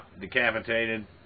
Decapitated